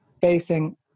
facing